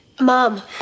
Mom